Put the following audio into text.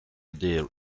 there